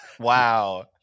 Wow